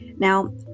Now